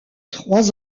trois